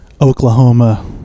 oklahoma